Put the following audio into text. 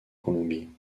colombie